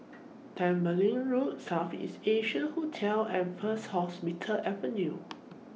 Tembeling Road South East Asia Hotel and First Hospital Avenue